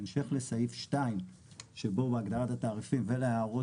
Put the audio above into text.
זה בהמשך לסעיף שתיים שבו בהגדרת התעריפים ולהערות